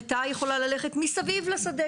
לטאה יכולה ללכת מסביב לשדה